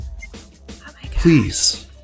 please